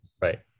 right